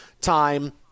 time